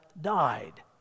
died